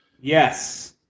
Yes